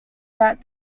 that